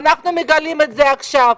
ואנחנו מגלים את זה עכשיו.